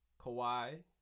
Kawhi